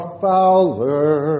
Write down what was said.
fowler